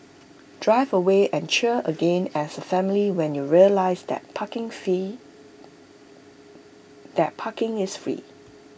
drive away and cheer again as A family when you realise that parking free that parking is free